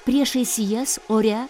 priešais jas ore